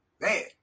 Man